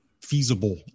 feasible